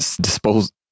dispose